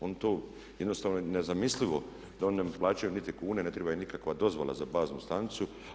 Oni to, jednostavno je nezamislivo da oni ne plaćaju niti kune, ne treba im nikakva dozvola za baznu stanicu.